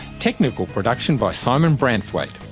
technical production by simon branthwaite.